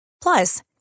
Plus